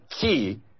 key